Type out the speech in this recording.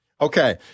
Okay